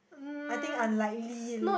I think unlikely